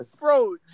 Bro